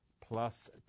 plus